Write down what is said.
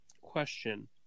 question